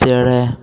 ᱪᱮᱬᱮ